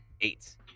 Eight